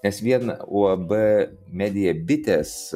nes vien uab medija bitės